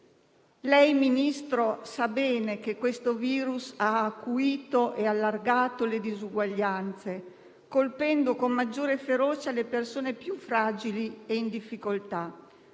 Ministro, sa bene che questo virus ha acuito e allargato le disuguaglianze, colpendo con maggior ferocia le persone più fragili e in difficoltà.